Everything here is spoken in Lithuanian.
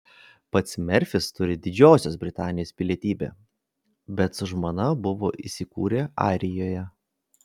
pats merfis turi didžiosios britanijos pilietybę bet su žmona buvo įsikūrę airijoje